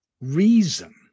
reason